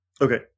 Okay